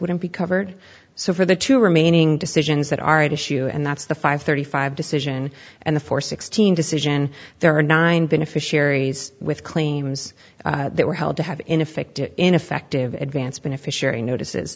wouldn't be covered so for the two remaining decisions that are at issue and that's the five thirty five decision and the four sixteen decision there are nine beneficiaries with claims they were held to have in effect it ineffective advance beneficiary notices